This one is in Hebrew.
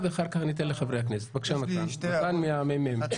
למשל שיעור המימוש של